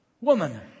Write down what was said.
Woman